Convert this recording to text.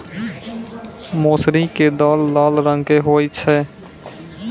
मौसरी के दाल लाल रंग के होय छै